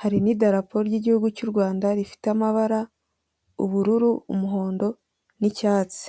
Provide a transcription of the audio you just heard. hari n'idarapo ry'Igihugu cy'u Rwanda rifite amabara ubururu, umuhondo, n'icyatsi.